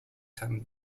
ten